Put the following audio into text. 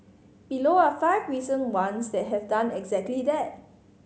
below are five recent ones that have done exactly that